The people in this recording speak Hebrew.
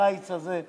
החיץ הזה,